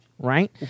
Right